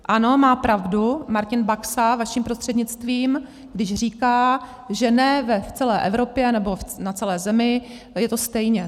Ano, má pravdu Martin Baxa vaším prostřednictvím, když říká, že ne v celé Evropě nebo na celé Zemi je to stejně.